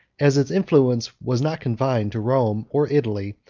as its influence was not confined to rome or italy,